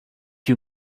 you